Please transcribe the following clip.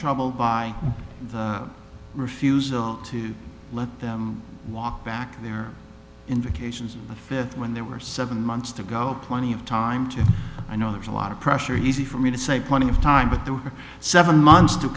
troubled by the refusal to let them walk back there indications the fifth when there were seven months to go plenty of time to i know there's a lot of pressure easy for me to say plenty of time but there were seven months to